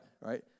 right